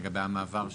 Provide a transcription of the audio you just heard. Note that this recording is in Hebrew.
לגבי המעבר שלהם?